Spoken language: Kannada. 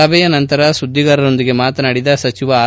ಸಭೆಯ ನಂತರ ಸುದ್ದಿಗಾರರೊಂದಿಗೆ ಮಾತನಾಡಿದ ಸಚಿವ ಆರ್